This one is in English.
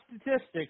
statistics